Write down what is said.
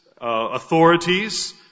authorities